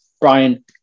Brian